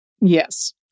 Yes